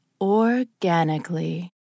organically